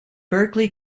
berklee